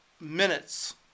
minutes